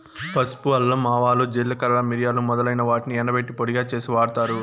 పసుపు, అల్లం, ఆవాలు, జీలకర్ర, మిరియాలు మొదలైన వాటిని ఎండబెట్టి పొడిగా చేసి వాడతారు